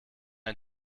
ein